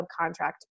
subcontract